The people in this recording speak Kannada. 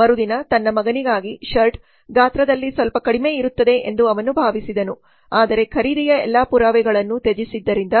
ಮರುದಿನ ತನ್ನ ಮಗನಿಗಾಗಿ ಶರ್ಟ್ ಗಾತ್ರದಲ್ಲಿ ಸ್ವಲ್ಪ ಕಡಿಮೆ ಇರುತ್ತದೆ ಎಂದು ಅವನು ಭಾವಿಸಿದನು ಆದರೆ ಖರೀದಿಯ ಎಲ್ಲಾ ಪುರಾವೆಗಳನ್ನು ತ್ಯಜಿಸಿದ್ದರಿಂದ